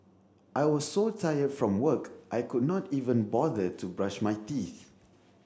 I was so tired from work I could not even bother to brush my teeth